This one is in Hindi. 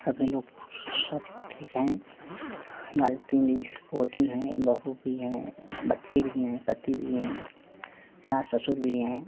सभी लोग सब ठीक है हमारे तीन ली पोती हैं बहु भी हैं बच्चे भी हैं पति भी है सास ससुर भी हैं